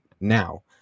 now